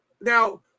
now